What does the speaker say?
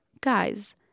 Guys